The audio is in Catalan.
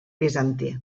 bizantí